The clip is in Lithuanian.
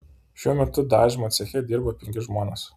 šiuo metu dažymo ceche dirba penki žmonės